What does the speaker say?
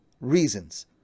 reasons